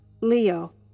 Leo